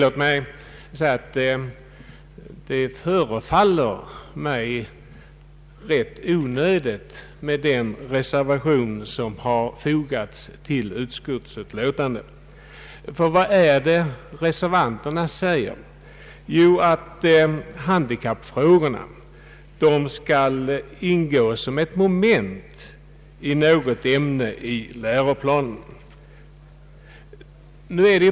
Herr talman! Tillåt mig säga att den reservation som har fogats till utskottsutlåtandet förefaller rätt onödig. Reservanterna säger att handikappfrågorna bör ingå som moment i något ämne i läroplanen.